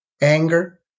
Anger